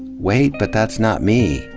wait, but that's not me!